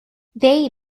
they